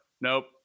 Nope